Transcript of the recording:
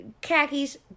khakis